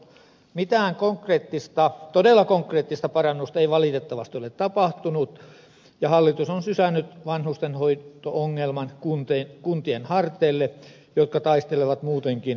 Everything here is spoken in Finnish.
mitään todella konkreettista parannusta ei valitettavasti ole tapahtunut ja hallitus on sysännyt vanhustenhoito ongelman kuntien harteille jotka taistelevat muutenkin talousongelmien kanssa